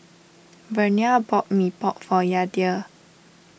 Vernia bought Mee Pok for Yadiel